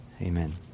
Amen